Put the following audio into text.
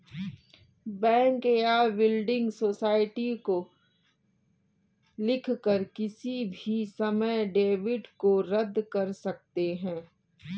bank या building society को लिखकर किसी भी समय डेबिट को रद्द कर सकते हैं